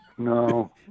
No